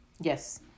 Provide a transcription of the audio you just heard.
Yes